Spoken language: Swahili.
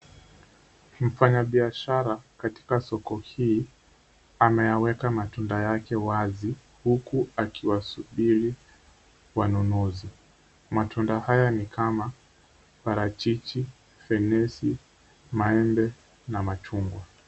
Mfanyabiashara katika soko hii ameyaweka matunda yake wazi huku akiwasubiri wanunuzi. Matunda haya ni kama parachichi, fenesi, maembe na machungwa.